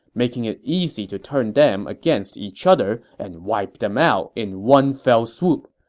making it easy to turn them against each other and wipe them out in one fell swoop.